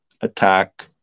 attack